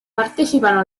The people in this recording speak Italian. partecipano